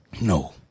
No